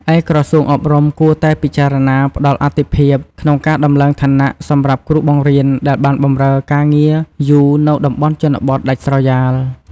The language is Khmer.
ឯក្រសួងអប់រំគួរតែពិចារណា ផ្តល់អាទិភាពក្នុងការដំឡើងឋានៈ សម្រាប់គ្រូបង្រៀនដែលបានបម្រើការងារយូរនៅតំបន់ជនបទដាច់ស្រយាល។